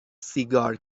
سیگار